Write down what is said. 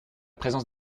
présence